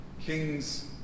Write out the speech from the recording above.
Kings